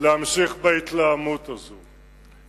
להמשיך בהתלהמות הזאת,